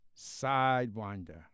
Sidewinder